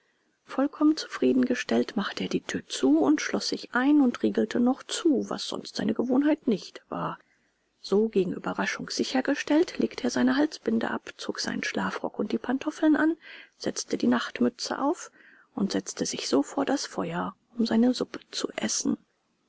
vollkommen zufriedengestellt machte er die thür zu und schloß sich ein und riegelte noch zu was sonst seine gewohnheit nicht war so gegen ueberraschung sichergestellt legte er seine halsbinde ab zog seinen schlafrock und die pantoffeln an setzte die nachtmütze auf und setzte sich so vor das feuer um seine suppe zu essen